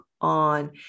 on